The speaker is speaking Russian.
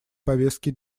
повестки